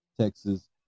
Texas